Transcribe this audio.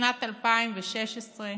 בשנת 2016,